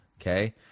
okay